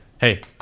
Hey